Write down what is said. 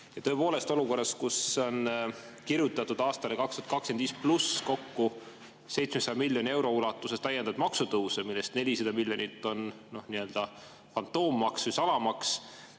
Tõepoolest olukorras, kus on kirjutatud aastani 2025 kokku [üle] 700 miljoni euro ulatuses täiendavaid maksutõuse, millest 400 miljonit on nii-öelda fantoommaks või salamaks,